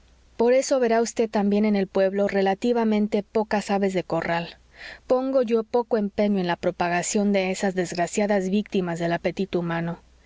por eso verá vd también en el pueblo relativamente pocas aves de corral pongo yo poco empeño en la propagación de esas desgraciadas víctimas del apetito humano